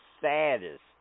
saddest